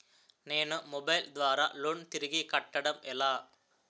నేను మొబైల్ ద్వారా లోన్ తిరిగి కట్టడం ఎలా?